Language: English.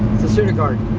its a certicard.